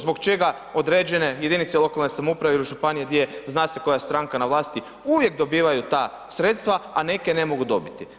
Zbog čega određene jedinice lokalne samouprave ili županije gdje zna se koja stranka na vlasti uvijek dobivaju ta sredstva a neke ne mogu dobiti.